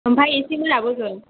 ओमफ्राय एसे मोनाबोगोन